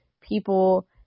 people